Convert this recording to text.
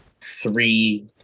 three